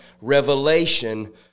revelation